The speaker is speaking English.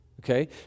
Okay